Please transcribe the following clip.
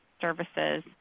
services